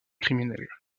criminelle